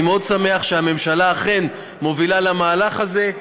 אני מאוד שמח שהממשלה אכן מובילה למהלך הזה.